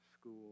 school